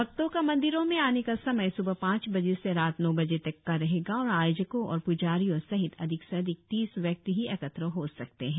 भक्तों का मंदिरों में आने का समय स्बह पांच बजे से रात नौ बजे तक का रहेगा और आयोजकों और प्जारियों सहित अधिक से अधिक तीस व्यक्ति ही एकत्र हो सकते है